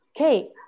Okay